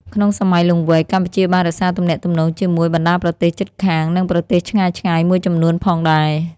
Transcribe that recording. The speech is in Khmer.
ក្នុងសម័យលង្វែក កម្ពុជាបានរក្សាទំនាក់ទំនងជាមួយបណ្ដាប្រទេសជិតខាង និងប្រទេសឆ្ងាយៗមួយចំនួនផងដែរ។